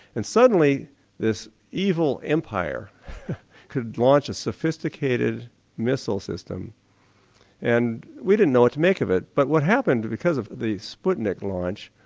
and suddenly this evil empire could launch a sophisticated missile system and we didn't know what to make of it. but what happened, because of the sputnik launch,